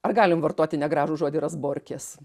ar galim vartoti negražų žodį razborkės